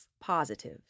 positive